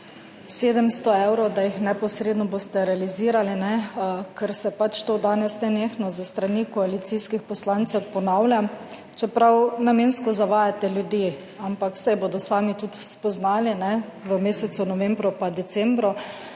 700 evrov, da jih neposredno boste realizirali, ne, ker se pač to danes nenehno s strani koalicijskih poslancev ponavlja, čeprav namensko zavajate ljudi, ampak saj bodo sami tudi spoznali v mesecu novembru pa decembru.